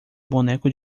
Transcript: boneco